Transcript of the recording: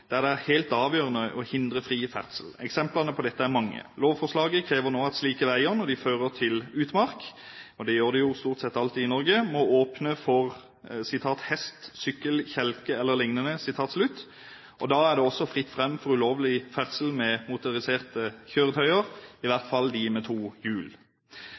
der det er helt avgjørende å hindre fri ferdsel. Eksemplene på dette er mange. Lovforslaget krever nå at slike veier, når de fører til utmark – og det gjør de jo stort sett alltid i Norge – må åpne for «hest, sykkel, kjelke eller liknende». Da er det også fritt fram for ulovlig ferdsel med motoriserte kjøretøyer, i hvert fall de med to hjul.